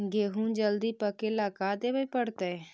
गेहूं जल्दी पके ल का देबे पड़तै?